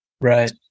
Right